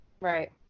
Right